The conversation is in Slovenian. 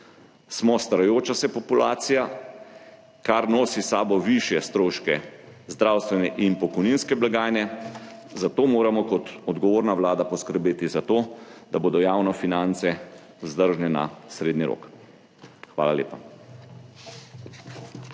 Smo starajoča se populacija, kar nosi s sabo višje stroške zdravstvene in pokojninske blagajne, zato moramo kot odgovorna Vlada poskrbeti za to, da bodo javne finance vzdržne na srednji rok. Hvala lepa.